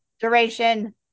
Duration